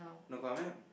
no comment